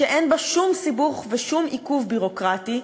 שאין בה שום סיבוך ושום עיכוב ביורוקרטי,